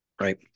Right